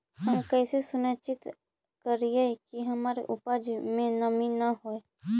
हम कैसे सुनिश्चित करिअई कि हमर उपज में नमी न होय?